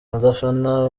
abafana